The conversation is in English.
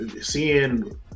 seeing